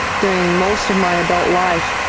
during most of my adult life,